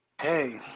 Hey